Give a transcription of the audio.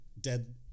dead